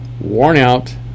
worn-out